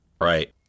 right